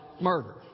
Murder